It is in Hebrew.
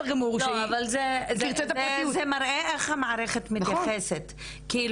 לא, אבל זה מראה איך המערכת מתייחסת.